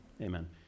Amen